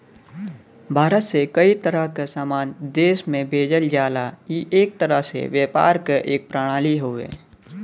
भारत से कई तरह क सामान देश में भेजल जाला ई एक तरह से व्यापार क एक प्रणाली हउवे